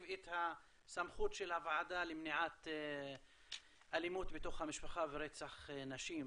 את הסמכות של הוועדה למניעת אלימות בתוך המשפחה ורצח נשים,